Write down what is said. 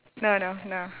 no no no